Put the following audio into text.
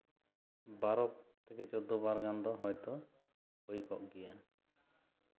ᱵᱟᱨᱚ ᱛᱷᱮᱠᱮ ᱪᱳᱫᱫᱳ ᱵᱟᱨ ᱜᱟᱱ ᱫᱚ ᱦᱚᱭᱛᱳ ᱦᱩᱭ ᱠᱚᱜ ᱜᱮᱭᱟ